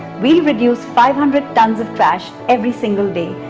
we'll reduce five hundred tons of trash every single day,